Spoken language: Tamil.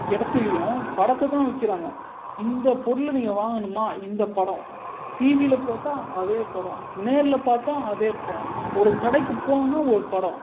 இடத்துலியும் படத்தைதான் வைக்கிறாங்க இந்த பொருளை நீங்கள் வாங்கணுமா இந்த படம் டிவியில் போட்டால் அதே படம் நேரில் பார்த்தா அதே படம் ஒரு கடைக்கு போகணுன்னா ஒரு படம்